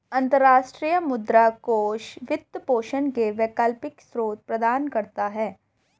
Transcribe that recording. अंतर्राष्ट्रीय मुद्रा कोष वित्त पोषण के वैकल्पिक स्रोत प्रदान करता है